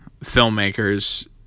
filmmakers